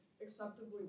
acceptably